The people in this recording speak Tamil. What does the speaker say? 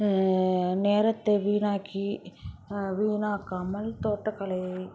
நேரத்தை வீணாக்கி வீணாக்காமல் தோட்டக்கலை